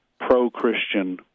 pro-Christian